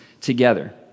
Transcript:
together